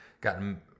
gotten